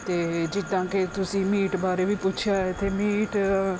ਅਤੇ ਜਿੱਦਾਂ ਕਿ ਤੁਸੀਂ ਮੀਟ ਬਾਰੇ ਵੀ ਪੁੱਛਿਆ ਹੈ ਅਤੇ ਮੀਟ